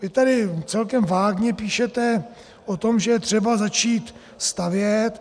Vy tady celkem vágně píšete o tom, že je třeba začít stavět.